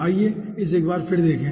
आइए इसे एक बार फिर देखें